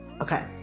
Okay